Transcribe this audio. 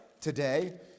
today